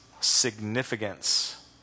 significance